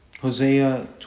Hosea